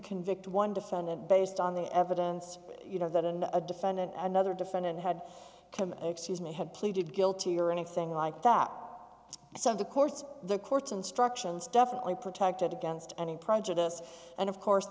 convict one defendant based on the evidence you know that and a defendant another defendant had come excuse me had pleaded guilty or anything like that so the courts the court's instructions definitely protected against any prejudice and of course